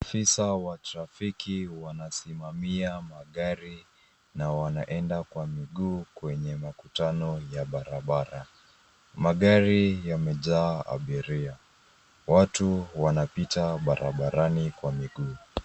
Afisa wa trafiki wanasimamia magari na wanaenda kwa miguu kwenye makutano ya barabara. Magari yamejaa abiria. Watu wanapita barabarani kwa miguu.